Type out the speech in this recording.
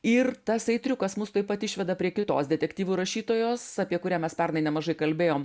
ir tasai triukas mus tuoj pat išveda prie kitos detektyvų rašytojos apie kurią mes pernai nemažai kalbėjom